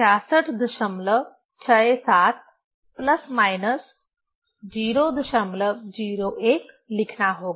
6667 plus minus 001 लिखना होगा